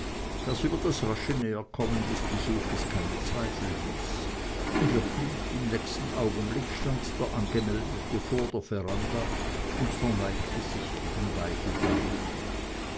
das über das rasche näherkommen des besuchs keinen zweifel ließ und wirklich im nächsten augenblicke stand der angemeldete vor der veranda und verneigte sich gegen beide damen